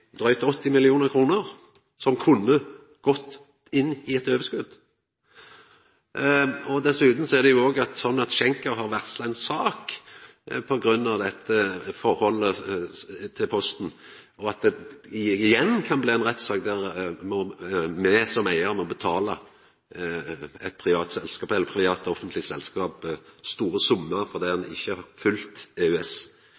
80 mill. kr, og som kunne gått inn i eit overskot. Dessutan er det jo sånn at Schenker har varsla ei sak på grunn av dette forholdet til Posten, og at det igjen kan bli ei rettssak der me som eigar må betala eit privat/offentleg selskap store summar, fordi ein ikkje har følgt EØS-avtalen. Derfor meiner me at det